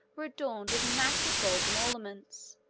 were adorned with massive golden ornaments.